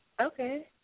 Okay